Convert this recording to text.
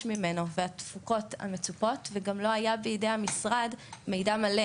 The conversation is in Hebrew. ממנו והתפוקות המצופות וגם לא היה בידי המשרד מידע מלא